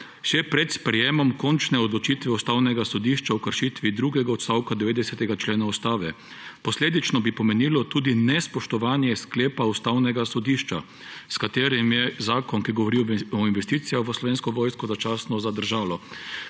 še pred sprejetjem končne odločitve Ustavnega sodišča o kršitvi drugega odstavka 90. člena Ustave. Posledično bi pomenilo tudi nespoštovanje sklepa Ustavnega sodišča, s katerim je zakon, ki govori o investicijah v Slovensko vojsko, začasno zadržalo.